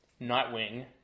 Nightwing